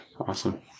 Awesome